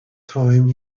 time